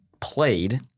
played